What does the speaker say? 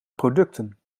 producten